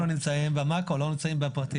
אנחנו נמצאים במקרו, לא בפרטים.